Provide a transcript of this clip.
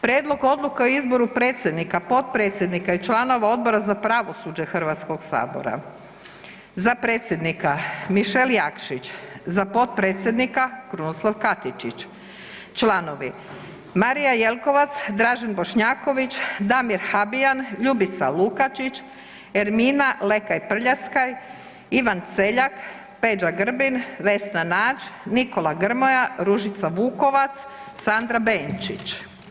Prijedlog Odluke o izboru predsjednika, potpredsjednika i članova Odbora za pravosuđe Hrvatskog sabora, za predsjednika Mišel Jakšić, za potpredsjednika Krunoslav Katičić, članovi Marija Jelkovac, Dražen Bošnjaković, Damir Habijan, Ljubica Lukačić, Ermina Lekaj Prljaskaj, Ivan Celjak, Peđa Grbin, Vesna Nađ, Nikola Grmoja, Ružica Vukovac, Sandra Benčić.